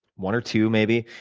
one or two maybe,